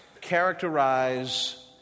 Characterize